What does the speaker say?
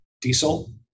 diesel